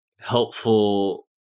helpful